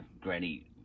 granny